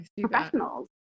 professionals